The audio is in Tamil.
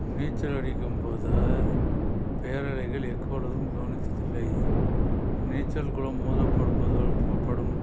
நீச்சல் அடிக்கும் போது பேரலைகளை எப்பொழுதும் கவனித்ததில்லை நீச்சல் குளம் மூடப்படுப்பு படும்